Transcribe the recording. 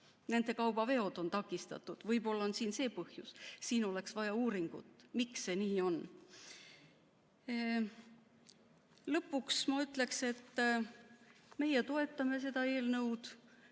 Nende kaubaveod on takistatud. Võib-olla on see põhjus. Siin oleks vaja uuringut, miks see nii on. Lõpuks ma ütleksin, et meie toetame seda eelnõu.